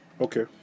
Okay